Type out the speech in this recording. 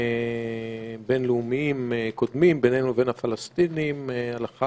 בין-לאומיים קודמים בינינו לבין הפלסטינים הלכה